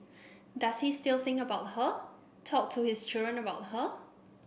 does he still think about her talk to his children about her